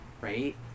Right